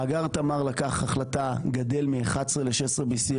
מאגר תמר לקח החלטה, גדל מ-11 ל-BCM16.